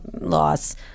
loss